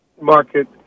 market